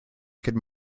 could